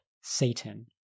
Satan